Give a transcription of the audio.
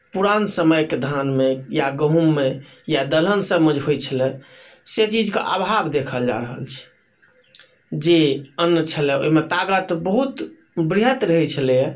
पुरान समयके धानमे या गहुँममे या दलहनसभमे जे होइत छलए से चीजके अभाव देखल जा रहल छै जे अन्न छलए ओहिमे ताकत बहुत वृहत रहैत छलैए